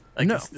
No